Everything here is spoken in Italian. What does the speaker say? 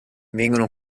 vengono